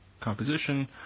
composition